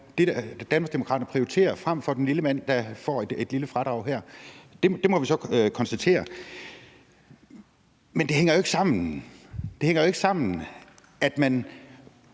Danmarksdemokraterne prioriterer frem for den lille mand, der får et lille fradrag her. Det må vi så konstatere. Men det hænger jo ikke sammen. Det hænger jo ikke sammen, at man